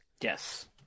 Yes